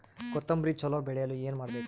ಕೊತೊಂಬ್ರಿ ಚಲೋ ಬೆಳೆಯಲು ಏನ್ ಮಾಡ್ಬೇಕು?